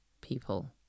people